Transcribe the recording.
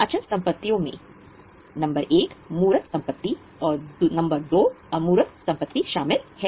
अचल संपत्तियों में अमूर्त संपत्ति शामिल हैं